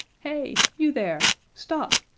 hey! you there! stop!